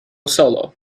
solo